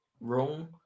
wrong